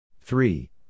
three